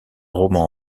roman